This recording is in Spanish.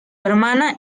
hermana